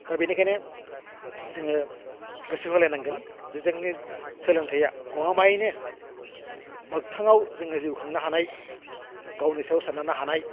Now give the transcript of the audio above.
दा बेनिखायनो जोङो गोसो होलायनांगोन जे जोंनि सोलोंथाइया गमामायैनो मोगथांआव जोङो जिउ खांनो हानाय गावनि सायाव सोनारनो हानाय